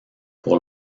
pour